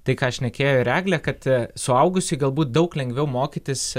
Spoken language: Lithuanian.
tai ką šnekėjo ir eglė kad suaugusiai galbūt daug lengviau mokytis